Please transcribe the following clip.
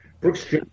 Brooks